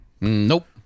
Nope